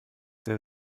der